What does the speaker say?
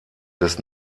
des